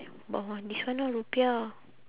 but this one ah rupiah